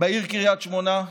בעיר קריית שמונה,